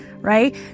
Right